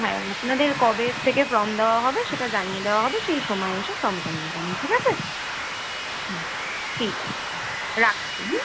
হ্যাঁ আপনাদের কবে থেকে ফর্ম দেওয়া হবে সেটা জানিয়ে দেওয়া হবে সেই সমায় এসে ফর্মটা নিয়ে যাবেন ঠিক আছে হুম ঠিক আছে রাখছি হুম